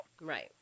Right